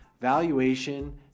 valuation